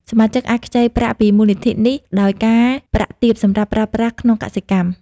សមាជិកអាចខ្ចីប្រាក់ពីមូលនិធិនេះដោយការប្រាក់ទាបសម្រាប់ប្រើប្រាស់ក្នុងកសិកម្ម។